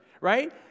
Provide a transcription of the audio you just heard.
right